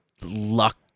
luck